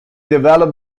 developed